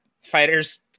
fighters